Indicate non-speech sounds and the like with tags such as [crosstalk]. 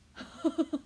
[laughs]